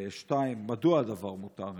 2. מדוע הדבר מותר?